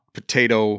potato